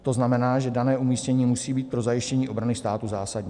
To znamená, že dané umístění musí být pro zajištění obrany státu zásadní.